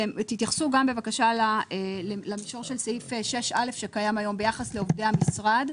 תתייחסו גם בבקשה למישור של סעיף 6(א) שקיים היום ביחס לעובדי המשרד,